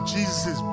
Jesus